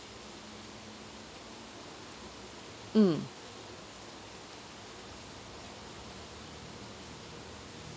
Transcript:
mm